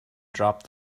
drop